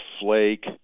Flake